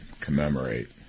commemorate